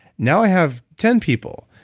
now, i have ten people.